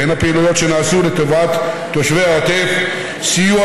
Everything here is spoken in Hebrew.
בין הפעילויות שנעשו לטובת תושבי העוטף: סיוע